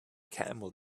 camel